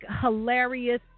hilarious